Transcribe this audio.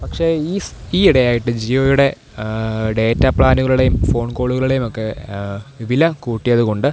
പക്ഷെ ഈ ഈയിടെയായിട്ട് ജിയോയുടെ ഡേറ്റ പ്ലാനുകളുടെയും ഫോൺ കോളുകളുടെയുമൊക്കെ വില കൂട്ടിയതു കൊണ്ട്